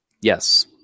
Yes